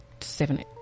seven